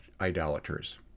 idolaters